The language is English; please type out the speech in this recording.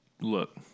look